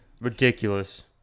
ridiculous